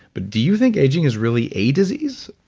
but do you think aging is really a disease?